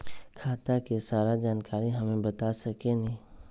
खाता के सारा जानकारी हमे बता सकेनी?